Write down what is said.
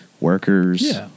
workers